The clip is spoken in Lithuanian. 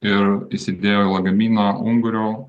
ir įsidėjo į lagaminą ungurio